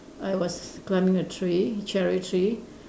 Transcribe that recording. I was climbing a tree cherry tree